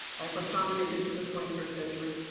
i have accommodated to the twenty first century.